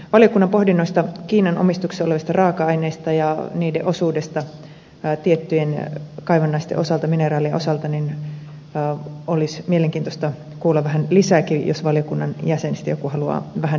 valiokunnan pohdinnoista kiinan omistuksessa olevista raaka aineista ja niiden osuudesta tiettyjen kaivannaisten osalta mineraalien osalta olisi mielenkiintoista kuulla vähän lisääkin jos valiokunnan jäsenistä joku haluaa vähän asiaa vielä avata